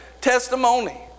testimony